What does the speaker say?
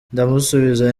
ndamusubiza